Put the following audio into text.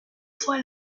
fois